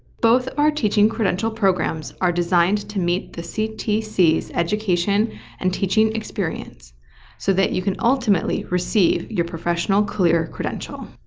both of our teaching credential programs are designed to meet the ctc's education and teaching experience so that you can ultimately receive your professional clear credential.